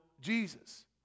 Jesus